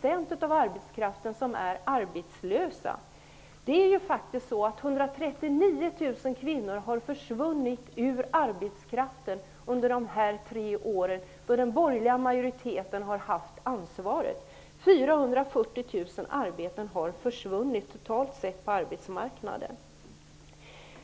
% av arbetskraften är arbetslös. 139 000 kvinnor har faktiskt försvunnit ur arbetslivet under de här tre åren då den borgerliga majoriteten har haft ansvaret. 440 000 arbeten har försvunnit totalt sett på arbetsmarknaden.